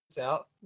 out